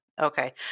okay